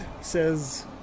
says